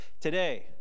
today